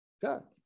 God